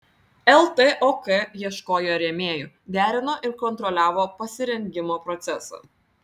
ltok ieškojo rėmėjų derino ir kontroliavo pasirengimo procesą